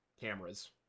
cameras